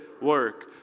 work